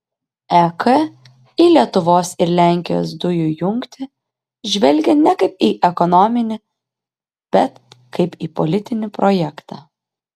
ek į lietuvos ir lenkijos dujų jungtį žvelgia ne kaip į ekonominį bet kaip į politinį projektą